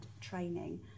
training